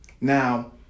Now